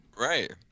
Right